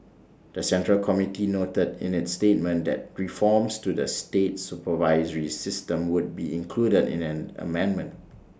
the central committee noted in its statement that reforms to the state supervisory system would be included in an amendment